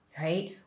right